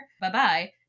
Bye-bye